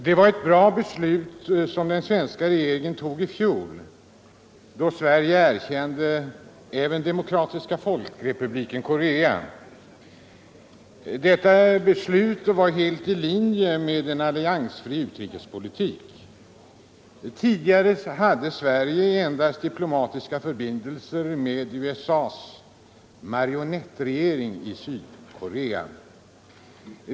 Det var ett bra beslut som den svenska regeringen fattade i fjol, då Sverige erkände även Demokratiska folkrepubliken Korea. Detta beslut var helt i linje med en alliansfri utrikespolitik. Tidigare hade Sverige endast diplomatiska förbindelser med USA:s marionettregering i Sydkorea.